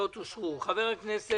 הצבעה בעד,